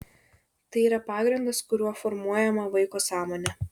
tai yra pagrindas kuriuo formuojama vaiko sąmonė